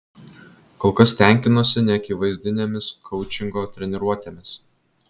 kol kas tenkinuosi neakivaizdinėmis koučingo treniruotėmis